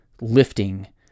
lifting